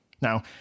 Now